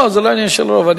אני לא חושב שזה עניין של רוב.